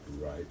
right